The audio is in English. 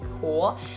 cool